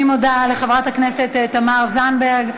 אני מודה לחברת הכנסת תמר זנדברג.